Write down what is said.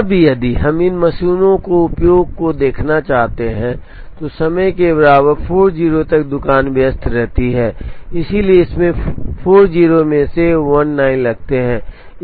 अब यदि हम इन मशीनों के उपयोग को देखना चाहते हैं तो समय के बराबर 40 तक दुकान व्यस्त रहती है इसलिए इसमें 40 में से 19 लगते हैं